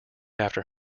after